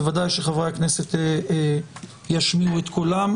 בוודאי שחברי הכנסת ישמיעו את קולם,